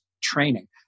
training